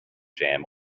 jam